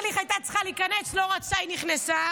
ארליך הייתה צריכה להיכנס, לא רצתה, והיא נכנסה.